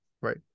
Right